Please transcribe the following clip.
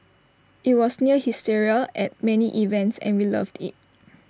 IT was near hysteria at many events and we loved IT